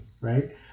right